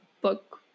book